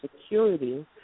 security